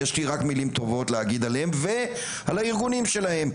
יש לי רק מילים טובות להגיד עליהם ועל הארגונים שלהם.